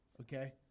Okay